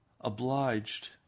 obliged